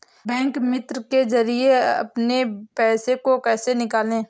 Bank मित्र के जरिए अपने पैसे को कैसे निकालें?